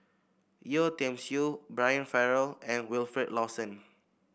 Yeo Tiam Siew Brian Farrell and Wilfed Lawson